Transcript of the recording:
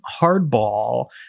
hardball